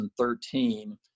2013